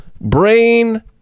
Brain